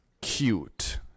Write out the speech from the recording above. cute